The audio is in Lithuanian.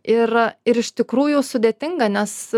ir ir iš tikrųjų sudėtinga nes